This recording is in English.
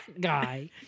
guy